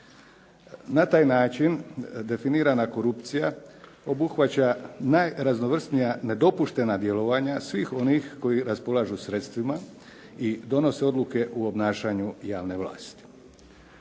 Na taj način definirana korupcija obuhvaća najraznovrsnija nedopuštena djelovanja svih onih koji raspolažu sredstvima i donose odluke u obnašanju javne vlasti.